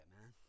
man